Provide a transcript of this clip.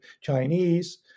Chinese